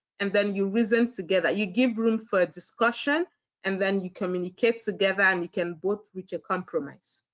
and then you reason together. you give room for a discussion and then you communicate together and you can both reach a compromise.